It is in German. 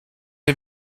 ihr